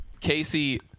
Casey